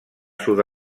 sud